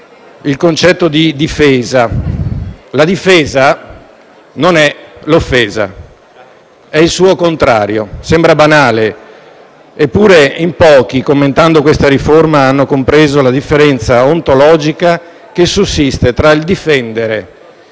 sul concetto di difesa, che non è offesa, ma il suo contrario: sembra banale, eppure in pochi, commentando questa riforma, hanno compreso la differenza ontologica che sussiste tra difendere,